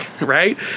right